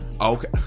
Okay